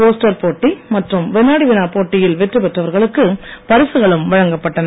poster போட்டி மற்றும் வினாடி வினா போட்டியில் வெற்றிபெற்றவர்களுக்கு பரிசுகளும் வழங்கப் பட்டன